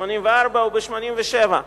ב-1984 וב-1987.